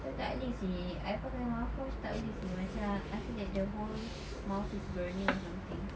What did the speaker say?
I takleh seh I pakai mouthwash takleh seh macam I feel that the whole mouth is burning or something